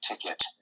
ticket